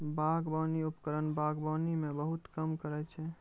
बागबानी उपकरण बागबानी म बहुत काम करै छै?